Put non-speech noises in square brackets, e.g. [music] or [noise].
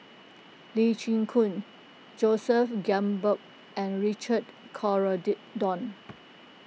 Lee Chin Koon Joseph Grimberg and Richard [unintelligible]